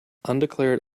undeclared